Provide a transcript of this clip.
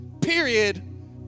period